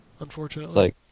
unfortunately